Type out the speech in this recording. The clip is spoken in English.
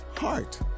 heart